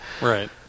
Right